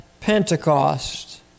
Pentecost